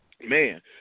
man